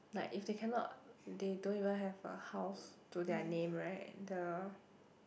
like if they cannot they don't even have a house to their name right the